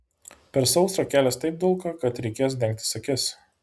per sausrą kelias taip dulka kad reikia dengtis akis